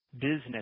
business